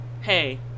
Hey